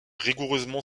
rigoureusement